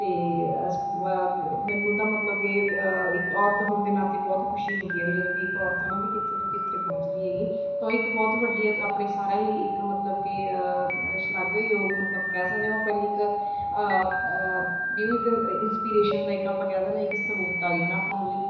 ਅਤੇ ਇਸ ਮੈਨੂੰ ਤਾਂ ਮਤਲਬ ਕਿ ਇੱਕ ਔਰਤ ਹੋਣ ਦੇ ਨਾਤੇ ਬਹੁਤ ਖੁਸ਼ੀ ਹੁੰਦੀ ਹੈ ਵੀ ਜਦੋਂ ਕਿ ਇੱਕ ਔਰਤ ਹੈ ਨਾ ਕਿੱਥੇ ਤੋਂ ਕਿੱਥੇ ਪਹੁੰਚਦੀ ਹੈਗੀ ਤਾਂ ਇੱਕ ਬਹੁਤ ਵੱਡੀ ਆਪਣੇ ਸਾਰਿਆਂ ਲਈ ਇੱਕ ਮਤਲਬ ਕਿ ਸ਼ਲਾਘਾਯੋਗ ਮਤਲਬ ਕਹਿ ਸਕਦੇ ਉਹ ਆਪਣੇ ਲਈ ਇੱਕ ਵੀ ਉਹ ਇੱਕ ਇੰਸਪੀਰੇਸ਼ਨ ਦਾ ਇੱਕ ਆਪਾਂ ਇੱਕ ਕਹਿ ਦਿੰਦੇ ਇੱਕ ਸਰੋਤ ਹੈਗੀ ਨਾ ਆਪਾਂ ਨੂੰ ਵੀ